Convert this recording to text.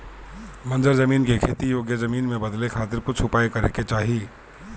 बंजर जमीन के खेती योग्य जमीन में बदले खातिर कुछ उपाय करे के चाही